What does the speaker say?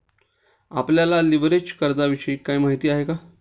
आपल्याला लिव्हरेज कर्जाविषयी काही माहिती आहे का?